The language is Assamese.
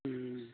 ও